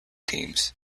teams